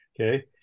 Okay